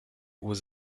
was